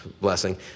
blessing